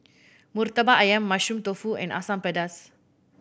Murtabak Ayam Mushroom Tofu and Asam Pedas